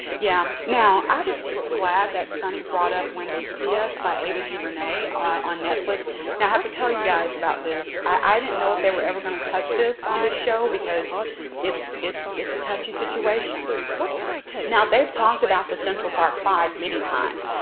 yeah now i was glad that sunny brought up when they see us by ava duvernay on netflix and i have to tell you guys about this i i didn't know if they were ever going to touch this on this show because it's it's it's a touchy situation now they've talked about the central park five many times.